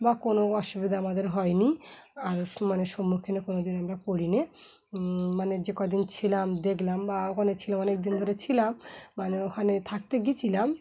বা কোনো অসুবিধা আমাদের হয়নি আরও মানে সম্মুখীনে কোনো দিন আমরা কর নি মানে যে কদিন ছিলাম দেখলাম বা ওখানে ছিল অনেক দিন ধরে ছিলাম মানে ওখানে থাকতে গিয়েছিলাম